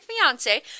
fiance